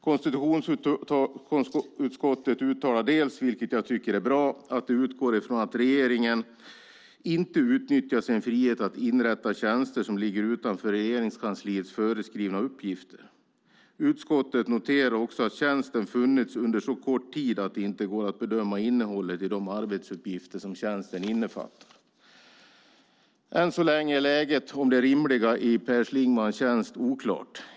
Konstitutionsutskottet uttalar, vilket jag tycker är bra, att man utgår från att regeringen inte utnyttjar sin frihet att inrätta tjänster som ligger utanför Regeringskansliets föreskrivna uppgifter. Utskottet noterar också att tjänsten funnits under så kort tid att det inte går att bedöma innehållet i de arbetsuppgifter som tjänsten innefattar. Än så länge är läget i fråga om det rimliga i Per Schlingmanns tjänst oklart.